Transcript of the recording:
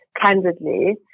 candidly